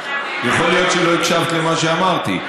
אתה בעד, יכול להיות שלא הקשבת למה שאמרתי.